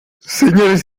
señores